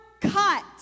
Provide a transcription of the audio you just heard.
cut